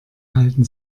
halten